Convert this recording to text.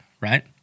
right